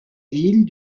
ville